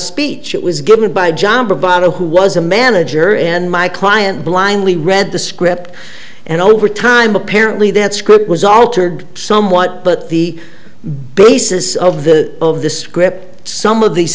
speech it was given by john butler who was a manager and my client blindly read the script and over time apparently that script was altered somewhat but the basis of the of the script some of the